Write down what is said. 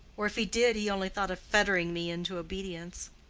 or if he did, he only thought of fettering me into obedience.